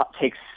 takes